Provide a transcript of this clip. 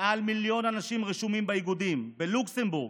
מעל מיליון אנשים רשומים באיגודים, בלוקסמבורג,